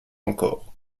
encore